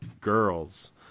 Girls